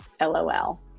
LOL